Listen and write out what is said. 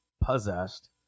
possessed